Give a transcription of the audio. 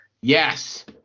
Yes